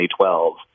2012